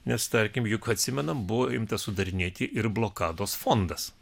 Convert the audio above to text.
nes tarkim juk atsimenam buvo imtas sudarinėti ir blokados fondas